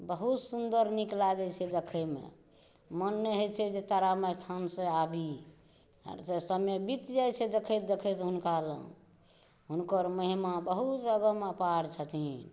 बहुत सुन्दर नीक लागै छै देखैमे मन नहि होइ छै जे तारामाइ स्थान से आबी समय बीत जाइ छै देखैत देखैत हुनका लग हुनकर महिमा बहुत अगम अपार छथिन